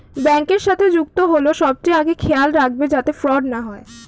ব্যাংকের সাথে যুক্ত হল সবচেয়ে আগে খেয়াল রাখবে যাতে ফ্রড না হয়